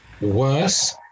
worse